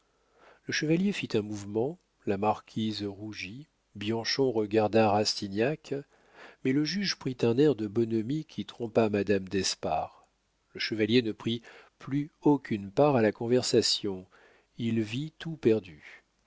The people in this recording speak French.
le chevalier fit un mouvement la marquise rougit bianchon regarda rastignac mais le juge prit un air de bonhomie qui trompa madame d'espard le chevalier ne prit plus aucune part à la conversation il vit tout perdu